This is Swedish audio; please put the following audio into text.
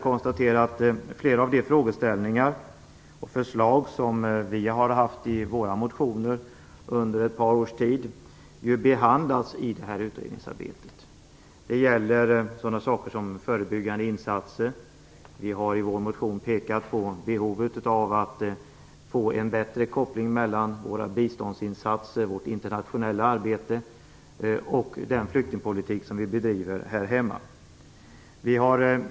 Flera av de frågeställningar och förslag som vi från Centern under ett par års tid har tagit upp i våra motioner behandlas i detta utredningsarbete. Det gäller sådant som förebyggande insatser och behovet av en bättre koppling mellan biståndsinsatser och internationellt arbete och den flyktingpolitik som bedrivs här hemma.